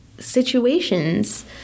situations